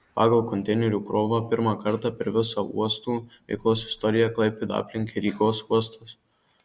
pagal konteinerių krovą pirmą kartą per visa uostų veiklos istoriją klaipėdą aplenkė rygos uostas